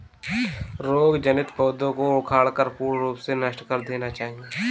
रोग जनित पौधों को उखाड़कर पूर्ण रूप से नष्ट कर देना चाहिये